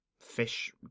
fish